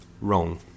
Wrong